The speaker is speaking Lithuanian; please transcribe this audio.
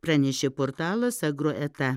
pranešė portalas agroeta